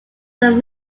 them